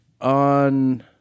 on